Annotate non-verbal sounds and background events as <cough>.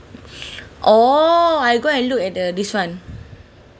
<breath> orh I go and look at the this one